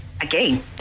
again